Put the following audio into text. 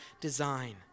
design